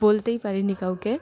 বলতেই পারিনি কাউকে